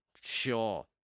Sure